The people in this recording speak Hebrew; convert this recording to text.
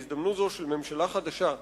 בהזדמנות זו של ממשלה חדשה,